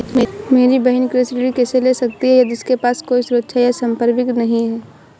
मेरी बहिन कृषि ऋण कैसे ले सकती है यदि उसके पास कोई सुरक्षा या संपार्श्विक नहीं है?